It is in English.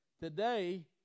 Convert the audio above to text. Today